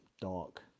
dark